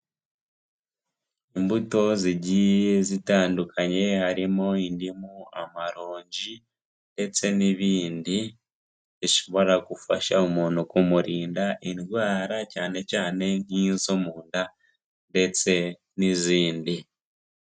Imbuto zigiye zitandukanye harimo indimu, amarogi, ndetse n'izindi zishobora gufasha umuntu kumurinda indwara cyane cyane nk'izo mu nda ndetse n'izindi.